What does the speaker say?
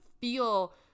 feel